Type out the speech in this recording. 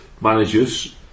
managers